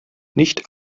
nicht